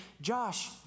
Josh